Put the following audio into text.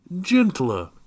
gentler